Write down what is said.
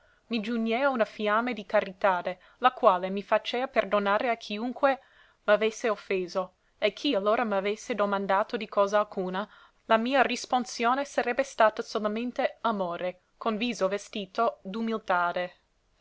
anzi mi giugnea una fiamma di caritade la quale mi facea perdonare a chiunque m'avesse offeso e chi allora m'avesse domandato di cosa alcuna la mia risponsione sarebbe stata solamente amore con viso vestito